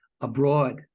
abroad